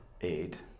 eight